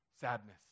sadness